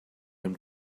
him